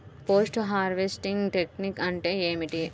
Post harvesting technique అంటే ఏమిటీ?